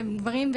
גברים,